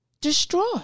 destroy